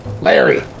Larry